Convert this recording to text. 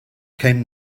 came